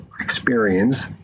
experience